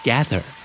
Gather